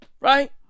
Right